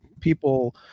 people